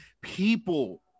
People